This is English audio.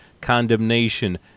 condemnation